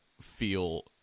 feel